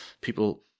people